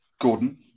Gordon